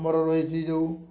ଆମର ରହିଛି ଯେଉଁ